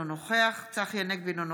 אינו נוכח צחי הנגבי,